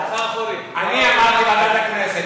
אני אמרתי: ועדת הכנסת,